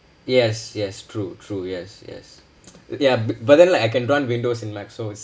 yes yes true true yes yes ya but but then like I can run windows in mac so it's